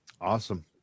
awesome